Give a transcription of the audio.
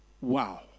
Wow